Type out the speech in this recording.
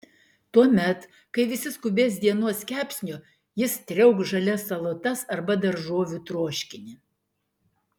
tuomet kai visi skubės dienos kepsnio jis triaukš žalias salotas arba daržovių troškinį